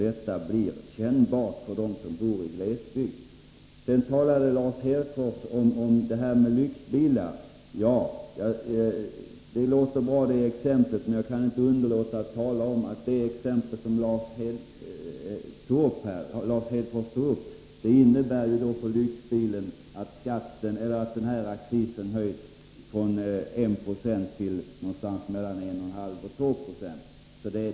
Detta blir kännbart för dem som bor i glesbygd. Sedan talade Lars Hedfors om lyxbilar. Det exempel som Lars Hedfors tog upp lät ju bra, men jag kan inte underlåta att nämna att accisen för den här lyxbilen höjs från 1 92 till mellan 1,5 och 2 96.